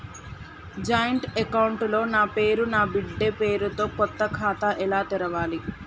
Joint account లో నా పేరు నా బిడ్డే పేరు తో కొత్త ఖాతా ఎలా తెరవాలి?